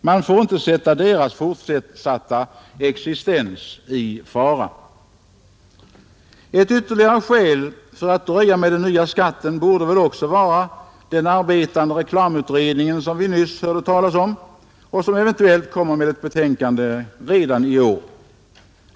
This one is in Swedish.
Man får inte sätta dessa tidningars fortsatta existens i fara, Ett ytterligare skäl för att dröja med nya skatten borde väl också vara den arbetande reklamutredningen som vi nyss hörde talas om och som eventuellt kommer med ett betänkande redan i år.